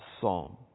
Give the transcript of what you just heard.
psalm